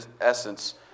essence